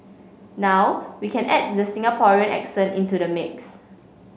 now we can add the Singaporean accent into the mix